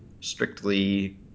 strictly